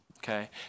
okay